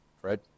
Fred